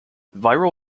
viral